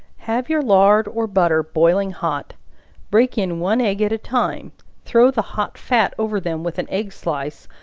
have your lard or butter boiling hot break in one egg at a time throw the hot fat over them with an egg slice,